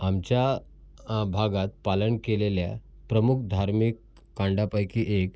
आमच्या भागात पालन केलेल्या प्रमुख धार्मिक कांडापैकी एक